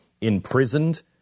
imprisoned